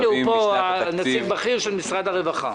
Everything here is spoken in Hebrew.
הנה, נמצא פה נציג בכיר של משרד הרווחה.